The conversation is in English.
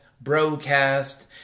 broadcast